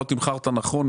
לא תמחרת נכון,